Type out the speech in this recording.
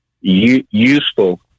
useful